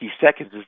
seconds